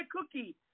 cookie